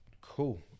Cool